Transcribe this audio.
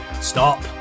stop